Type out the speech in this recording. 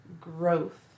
growth